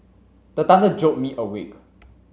the thunder jolt me awake